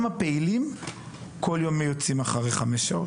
גם הפעילים יוצאים כל יום אחרי חמש שעות.